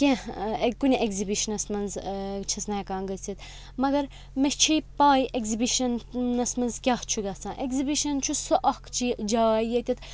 کینٛہہ کُنہِ ایٚگزِبِشنَس منٛز چھَس نہٕ ہیٚکان گٔژھِتھ مگر مےٚ چھِ پاے ایٚگزِبِشَنَس منٛز کیٛاہ چھُ گَژھان ایٚگزِبِشَن چھُ سُہ اَکھ چی جاے ییٚتیٚتھ